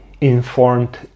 informed